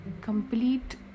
complete